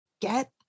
get